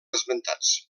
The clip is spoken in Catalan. esmentats